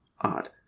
odd